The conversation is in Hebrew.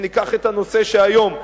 ניקח את הנושא של היום.